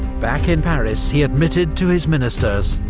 back in paris he admitted to his ministers,